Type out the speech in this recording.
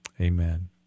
amen